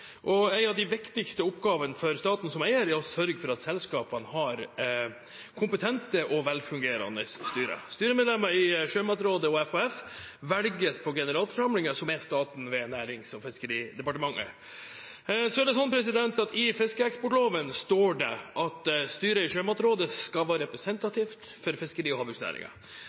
En av de viktigste oppgavene for staten som eier er å sørge for at selskapene har kompetente og velfungerende styrer. Styremedlemmer i Sjømatrådet og FHF velges på generalforsamlingen, som er staten ved Nærings- og fiskeridepartementet. I fiskeeksportloven står det at styret i Sjømatrådet skal være representativt for fiskeri- og